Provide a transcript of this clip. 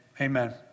Amen